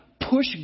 push